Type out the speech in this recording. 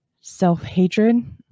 self-hatred